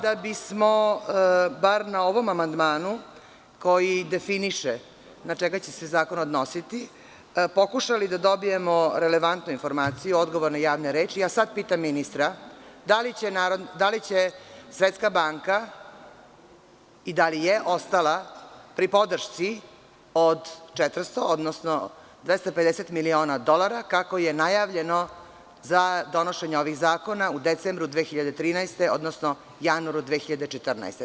Da bismo bar na ovom amandmanu, koji definiše na čega će se zakon odnositi, pokušali da dobijemo relevantnu informaciju, odgovorne javne reči, ja sada pitam ministra da li će Svetska banka i da li je ostala pri podršci od 250 miliona dolara, kako je najavljeno za donošenje ovih zakona u decembru 2013. godine, odnosno u januaru 2014. godine?